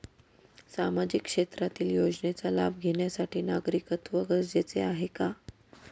सामाजिक क्षेत्रातील योजनेचा लाभ घेण्यासाठी नागरिकत्व गरजेचे आहे का?